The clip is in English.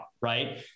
right